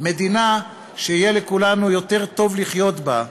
מדינה שיהיה לכולנו יותר טוב לחיות בה.